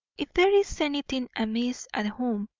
if there is anything amiss at home,